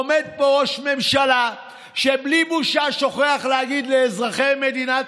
עומד פה ראש ממשלה שבלי בושה שוכח להגיד לאזרחי מדינת